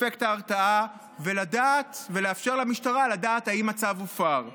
אפקט ההרתעה ויאפשר למשטרה לדעת אם הצו הופר.